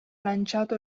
lanciato